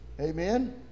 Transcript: Amen